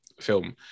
film